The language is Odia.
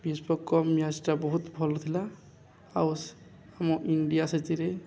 ବିଶ୍ୱ କପ୍ ମ୍ୟାଚ୍ଟା ବହୁତ ଭଲ ଥିଲା ଆଉ ଆମ ଇଣ୍ଡିଆ ସେଥିରେ